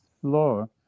floor